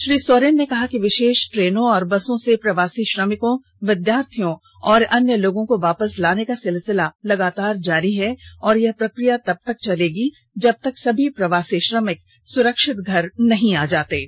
श्री सोरेन ने कहा कि विशेष ट्रेनों और बसों से प्रवासी श्रमिको विद्यार्थियों और अन्य लोगों को वापस लाने का सिलसिला लगातार जारी है और यह प्रक्रिया तबतक चलेगी जब तक सभी प्रवासी श्रमिक सुरक्षित घर नहीं आ जाते हैं